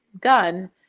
done